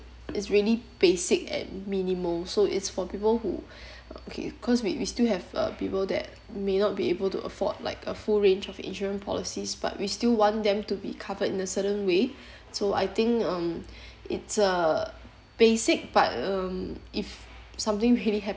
is really basic and minimal so it's for people who okay cause we we still have uh people that may not be able to afford like a full range of insurance policies but we still want them to be covered in a certain way so I think um it's a basic but um if something really happen